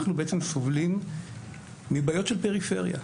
אנחנו סובלים מבעיות של פריפריה,